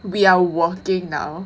we are working now